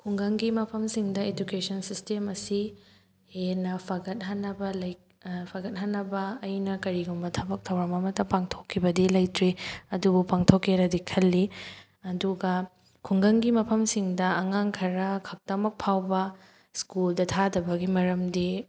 ꯈꯨꯡꯒꯪꯒꯤ ꯃꯐꯝꯁꯤꯡꯗ education system ꯑꯁꯤ ꯍꯦꯟꯅ ꯐꯒꯠꯍꯟꯅꯕ ꯐꯒꯠꯍꯟꯅꯕ ꯑꯩꯅ ꯀꯔꯤꯒꯨꯝꯕ ꯊꯕꯛ ꯊꯧꯔꯝ ꯑꯃꯇ ꯄꯥꯡꯊꯣꯛꯈꯤꯕꯗꯤ ꯂꯩꯇ꯭ꯔꯤ ꯑꯗꯨꯕꯨ ꯄꯥꯡꯊꯣꯛꯀꯦꯅꯗꯤ ꯈꯜꯂꯤ ꯑꯗꯨꯒ ꯈꯨꯡꯒꯪꯒꯤ ꯃꯐꯝꯁꯤꯡꯗ ꯑꯉꯥꯡ ꯈꯔ ꯈꯛꯇꯃꯛ ꯐꯥꯎꯕ ꯁ꯭ꯀꯨꯜꯗ ꯊꯥꯗꯕꯒꯤ ꯃꯔꯝꯗꯤ